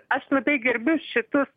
aš labai gerbiu šitus